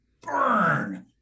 burn